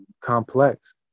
complex